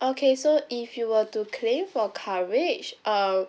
okay so if you were to claim for coverage uh